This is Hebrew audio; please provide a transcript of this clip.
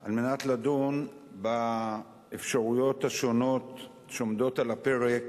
לדון באפשרויות השונות שעומדות על הפרק